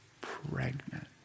pregnant